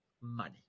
Money